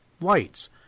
lights